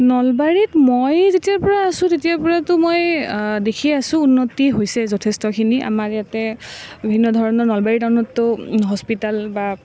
নলবাৰীত মই যেতিয়াৰ পৰা আছো তেতিয়াৰ পৰাতো মই দেখি আছো উন্নতি হৈছে যথেষ্টখিনি আমাৰ ইয়াতে বিভিন্ন ধৰণৰ নলবাৰী টাউনততো হস্পিতাল বা